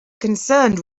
concerned